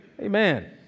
Amen